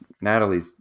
Natalie